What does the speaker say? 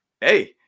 Hey